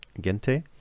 Gente